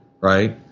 right